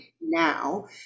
now